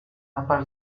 نفر